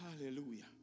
Hallelujah